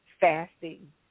fasting